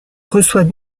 reçoit